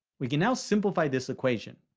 we can now simplify this equation.